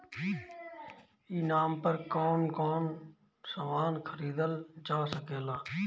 ई नाम पर कौन कौन समान खरीदल जा सकेला?